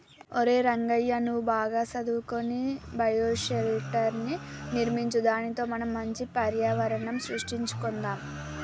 ఒరై రంగయ్య నువ్వు బాగా సదువుకొని బయోషెల్టర్ర్ని నిర్మించు దానితో మనం మంచి పర్యావరణం సృష్టించుకొందాం